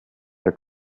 der